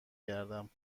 گردم